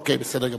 אוקיי, בסדר גמור.